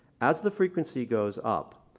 as the frequency goes up,